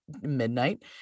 midnight